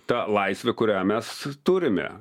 ta laisve kurią mes turime